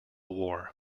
war